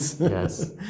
Yes